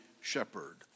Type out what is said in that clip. shepherd